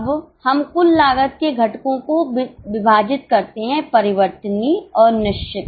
अब हम कुल लागत को दो घटकों में विभाजित करते हैं परिवर्तनीय और निश्चित